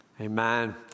amen